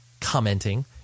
commenting